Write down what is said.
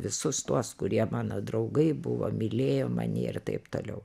visus tuos kurie mano draugai buvo mylėjo mane ir taip toliau